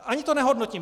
Ani to nehodnotím.